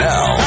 Now